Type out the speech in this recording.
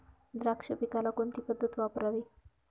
द्राक्ष पिकाला कोणती पद्धत वापरावी?